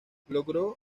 logró